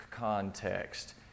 context